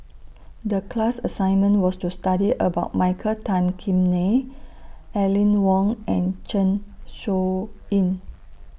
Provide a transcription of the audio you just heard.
The class assignment was to study about Michael Tan Kim Nei Aline Wong and Zeng Shouyin